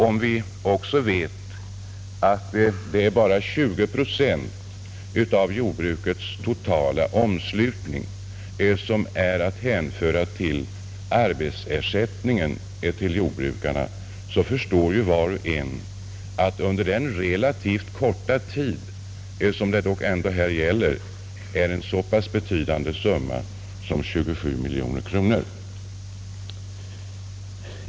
Om vi också vet att bara 20 procent av jordbrukets totala omslutning är att hänföra till ersättning för jordbrukarnas arbete så förstår var och en att under den relativt korta tid som det här ändå gäller är 27 miljoner kronor en betydande summa.